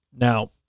Now